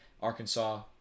Arkansas